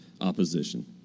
opposition